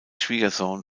schwiegersohn